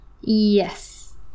Yes